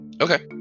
Okay